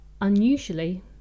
unusually